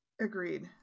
agreed